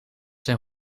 zijn